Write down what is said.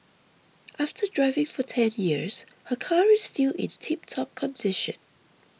after driving for ten years her car is still in tiptop condition